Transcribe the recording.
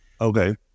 Okay